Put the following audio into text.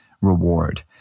reward